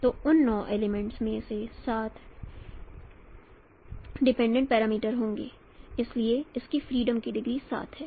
तो उन 9 एलीमेंट्स में से 7 इंडिपेंडेंट पैरामीटर होंगे इसलिए इसकी फ्रीडम की डिग्री 7 है